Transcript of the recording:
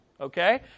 Okay